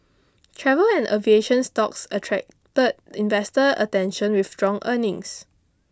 travel and aviation stocks attracted investor attention with strong earnings